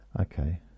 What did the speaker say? okay